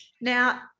Now